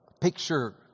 picture